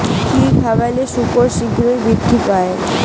কি খাবালে শুকর শিঘ্রই বৃদ্ধি পায়?